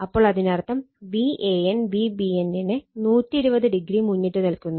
അപ്പോൾ അതിനർത്ഥം Van Vbn നെ 120o മുന്നിട്ട് നിൽക്കുന്നു